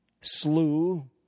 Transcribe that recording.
slew